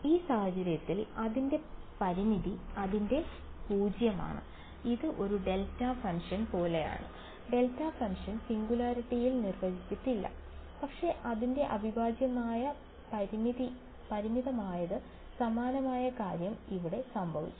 ഈ സാഹചര്യത്തിൽ അതിന്റെ പരിമിതി അതിന്റെ 0 ഇത് ഒരു ഡെൽറ്റ ഫംഗ്ഷൻ പോലെയാണ് ഡെൽറ്റ ഫംഗ്ഷൻ സിംഗുലാരിറ്റിയിൽ നിർവചിച്ചിട്ടില്ല പക്ഷേ അതിന്റെ അവിഭാജ്യമാണ് പരിമിതമായത് സമാനമായ കാര്യം ഇവിടെ സംഭവിച്ചു